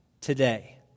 today